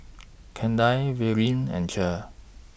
Kandi Verlin and Cher